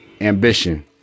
ambition